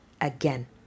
again